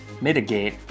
mitigate